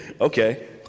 Okay